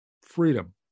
freedom